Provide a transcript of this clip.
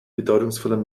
bedeutungsvoller